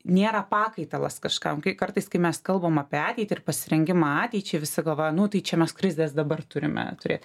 nėra pakaitalas kažkam kai kartais kai mes kalbam apie ateitį ir pasirengimą ateičiai visi galvoja nu tai čia mes krizes dabar turime turėt